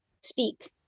speak